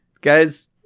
Guys